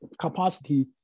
capacity